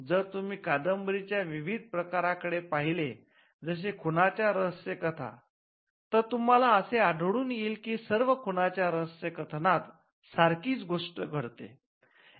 जर तुम्ही कादंबरी च्या विविध प्रकार कडे पहिले जसे खुनाच्या रहस्य कथा तर तुम्हाला असे आढळून येईल की सर्व खुनाच्या रहस्य कथनात सारखीच गोष्ट असते